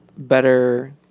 Better